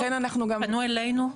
פנו אלינו,